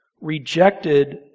rejected